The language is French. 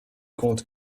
compte